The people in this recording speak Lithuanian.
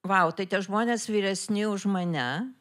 vau tai tie žmonės vyresni už mane